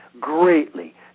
greatly